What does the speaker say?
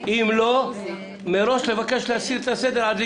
אם לא, מראש לבקש להסיר את הנושא מסדר היום.